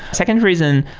second reason,